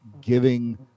giving